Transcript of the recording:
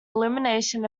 elimination